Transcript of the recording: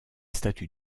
statues